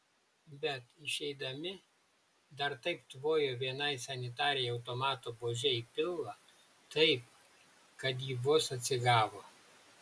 bet išeidami dar taip tvojo vienai sanitarei automato buože į pilvą taip kad ji vos atsigavo